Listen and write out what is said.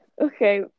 okay